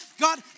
God